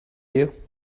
you